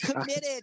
committed